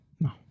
No